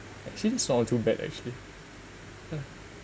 actually it's not all too bad actually